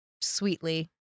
sweetly